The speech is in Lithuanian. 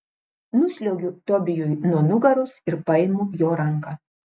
nusliuogiu tobijui nuo nugaros ir paimu jo ranką